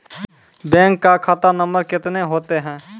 Bank का खाता नम्बर कितने होते हैं?